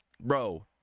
bro